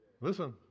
Listen